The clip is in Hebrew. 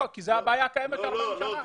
הבעיה קיימת 40 שנים.